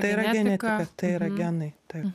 tai yra genetika tai yra genai taip